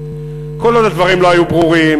כל עוד הדברים לא היו ברורים